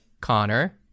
Connor